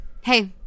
Hey